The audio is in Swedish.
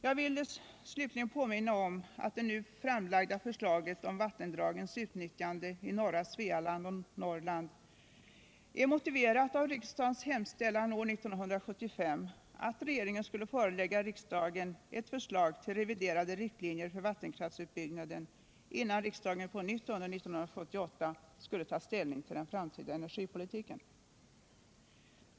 Jag vill slutligen påminna om att det nu framlagda förslaget om vattendragens utnyttjande i norra Svealand och Norrland är motiverat av riksdagens hemställan år 1975 att regeringen skulle förelägga riksdagen ett förslag till reviderade riktlinjer för vattenkraftsutbyggnaden, innan riksdagen på nytt under år 1978 skulle ta ställning till den framtida energipolitiken.